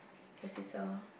I guess it's a